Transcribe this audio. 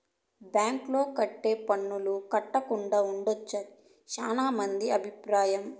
black లో కొంటె పన్నులు కట్టకుండా ఉండొచ్చు అని శ్యానా మంది అభిప్రాయం